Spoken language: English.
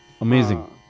amazing